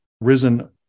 risen